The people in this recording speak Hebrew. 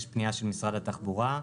יש פנייה של משרד התחבורה,